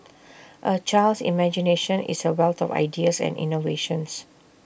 A child's imagination is A wealth of ideas and innovations